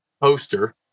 poster